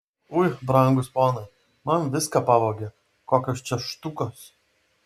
ui brangūs ponai man viską pavogė kokios čia štukos